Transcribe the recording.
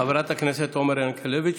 חברת הכנסת עומר ינקלביץ'.